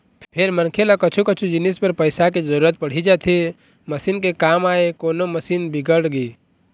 फेर मनखे ल कछु कछु जिनिस बर पइसा के जरुरत पड़ी जाथे मसीन के काम आय कोनो मशीन बिगड़गे